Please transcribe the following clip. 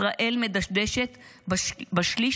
ישראל מדשדשת בשליש